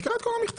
תקרא את כל המכתב.